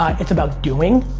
it's about doing.